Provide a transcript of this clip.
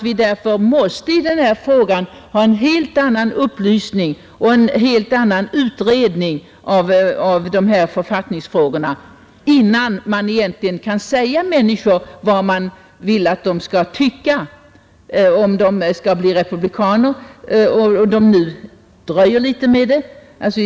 Vi måste därför ha upplysning och utredning av dessa författningsfrågor, innan vi kan förklara för människor vad en republik innebär, om de nu skall bli republikaner men dröjer litet med sitt beslut.